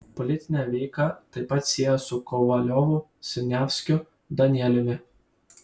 politinė veika taip pat siejo su kovaliovu siniavskiu danieliumi